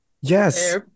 Yes